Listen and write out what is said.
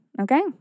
okay